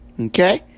okay